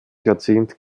jahrzehnt